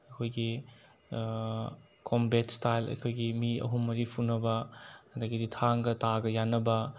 ꯑꯩꯈꯣꯏꯒꯤ combat style ꯑꯩꯈꯣꯏꯒꯤ ꯃꯤ ꯑꯍꯨꯝ ꯃꯔꯤ ꯐꯨꯟꯅꯕ ꯑꯗꯒꯤꯗꯤ ꯊꯥꯡꯒ ꯇꯥꯒ ꯌꯥꯟꯅꯕ